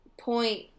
point